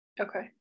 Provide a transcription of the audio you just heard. okay